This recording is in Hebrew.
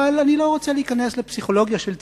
אבל אני לא רוצה להיכנס לפסיכולוגיה של ציבורים.